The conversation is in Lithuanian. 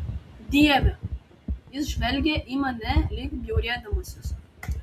dieve jis žvelgė į mane lyg bjaurėdamasis